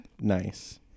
nice